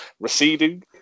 Receding